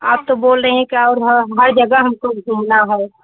आप तो बोल रहीं हैं और हर जगह हमको घूमना है